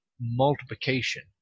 multiplication